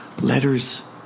letters